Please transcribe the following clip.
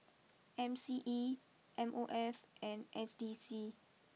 M C E M O F and S D C